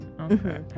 Okay